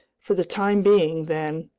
for the time being, then,